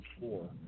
four